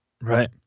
Right